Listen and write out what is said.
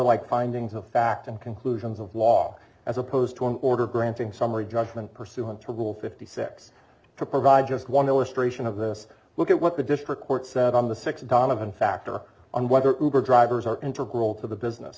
like findings of fact and conclusions of law as opposed to an order granting summary judgment pursuant to rule fifty six to provide just one illustration of this look at what the district court said on the six donovan factor on whether drivers are integral to the business